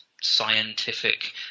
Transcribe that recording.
scientific